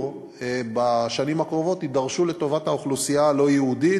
בשנים הקרובות יידרשו לטובת האוכלוסייה הלא-יהודית,